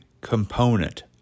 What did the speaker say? component